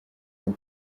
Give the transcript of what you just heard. que